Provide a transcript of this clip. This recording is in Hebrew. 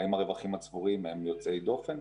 האם הרווחים הצבורים הם יוצאי דופן,